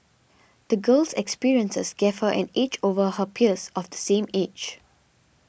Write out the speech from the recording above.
the girl's experiences gave her an edge over her peers of the same age